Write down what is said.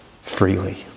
freely